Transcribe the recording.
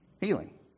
Healing